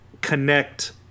connect